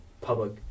public